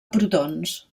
protons